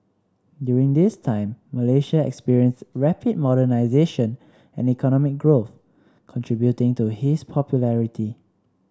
during this time Malaysia experienced rapid modernisation and economic growth contributing to his popularity